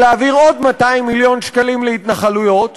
להעביר עוד 200 מיליון שקלים להתנחלויות,